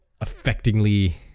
affectingly